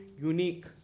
unique